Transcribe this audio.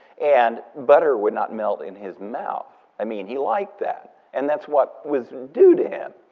and butter would not melt in his mouth. i mean, he liked that. and that's what was due to him.